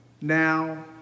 now